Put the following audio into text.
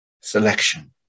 selection